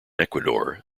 ecuador